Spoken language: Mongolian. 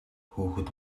хүүхэд